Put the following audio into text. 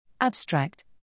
Abstract